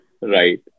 Right